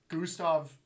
Gustav